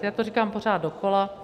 Já to říkám pořád dokola.